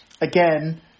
again